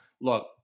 look